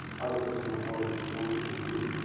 artificial intelligence but only through human.